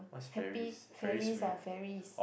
happy fairies ah fairies